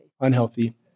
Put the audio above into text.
unhealthy